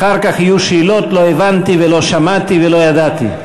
אחר כך יהיו שאלות, לא הבנתי ולא שמעתי ולא ידעתי.